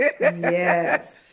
Yes